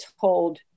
told